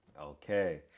Okay